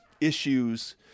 issues